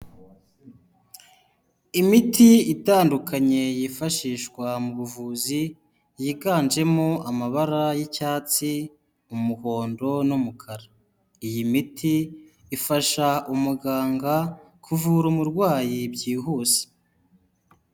Imiti itandukanye yifashishwa mu buvuzi, yiganjemo amabara y'icyatsi, umuhondo n'umukara, iyi miti ifasha umuganga kuvura umurwayi byihuse.